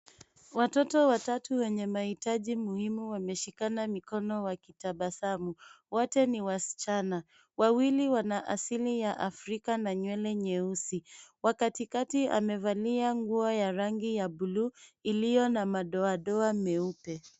Watoto watatu wenye mahitaji muhimu, wameshikana mikono wakitabasamu. Wote ni wasichana. Wawili wana asili ya Afrika na nywele nyeusi. Wa katikati amevalia nguo ya rangi ya blue iliyo na madoadoa meupe.